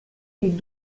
les